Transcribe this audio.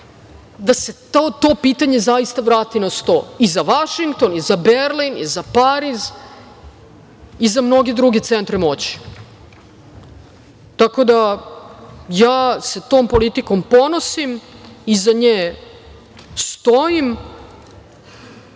da se to pitanje zaista vrati na sto, i za Vašington, i za Berlin, i za Pariz i za mnoge druge centre moći. Ja se tom politikom ponosim, iza nje stojim